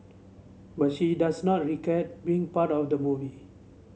but she does not regret being part of the movie